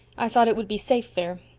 i thought it would be safe there.